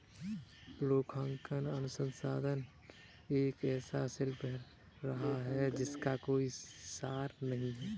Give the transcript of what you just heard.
लेखांकन अनुसंधान एक ऐसा शिल्प रहा है जिसका कोई सार नहीं हैं